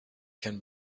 can